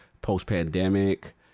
post-pandemic